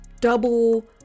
double